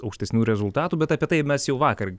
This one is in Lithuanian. aukštesnių rezultatų bet apie tai mes jau vakar